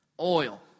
oil